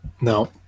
no